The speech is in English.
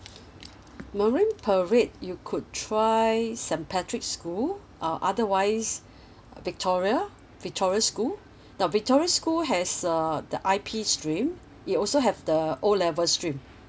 marine parade per rate you could try st patrick school uh otherwise victoria victoria school the victoria school has uh the I_P stream it also have the O level stream